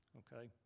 okay